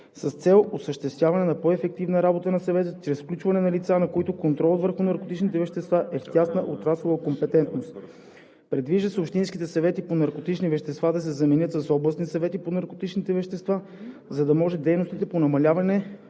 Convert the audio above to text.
с цел осъществяване на по-ефективна работа на Съвета чрез включване на лица, на които контролът върху наркотичните вещества е в тясната отраслова компетентност. Предвижда се общинските съвети по наркотични вещества да се заменят с областни съвети по наркотични вещества, за да може дейностите по намаляване